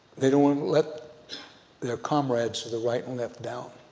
they don't want to let their comrades to the right and left down.